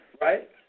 right